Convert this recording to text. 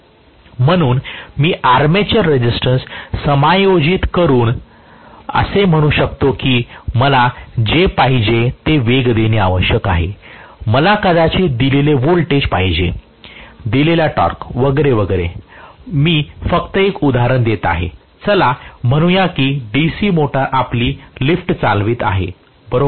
म्हणून मी armature resistance समायोजित करून असे म्हणू शकतो की मला जे पाहिजे ते वेग देणे आवश्यक आहे मला साहजिकच दिलेले वोल्टेज पाहिजेदिलेला टॉर्क वगैरे वगैरे मी फक्त एक उदाहरण देत आहे चला म्हणूया कि डीसी मोटर आपली लिफ्ट चालवित आहे बरोबर